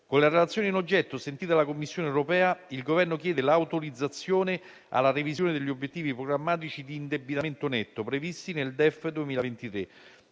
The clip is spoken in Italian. Con la Relazione in oggetto, sentita la Commissione europea, il Governo chiede l'autorizzazione alla revisione degli obiettivi programmatici di indebitamento netto previsti nel DEF 2023